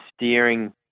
steering